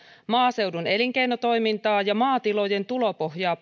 maaseudun elinkeinotoimintaa ja maatilojen tulopohjaa